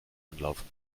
anlaufen